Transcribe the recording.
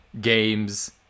games